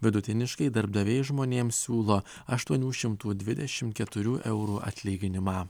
vidutiniškai darbdaviai žmonėms siūlo aštuonių šimtų dvidešimt keturių eurų atlyginimą